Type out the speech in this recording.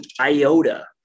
iota